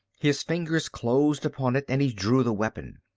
his fingers closed upon it and he drew the weapon.